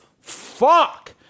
Fuck